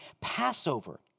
Passover